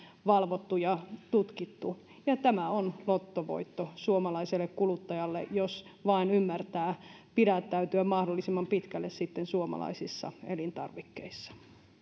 valvottu ja tutkittu tämä on lottovoitto suomalaiselle kuluttajalle jos vain ymmärtää pitäytyä mahdollisimman pitkälle suomalaisissa elintarvikkeissa